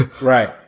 Right